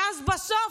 ואז בסוף,